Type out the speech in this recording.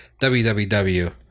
www